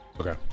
Okay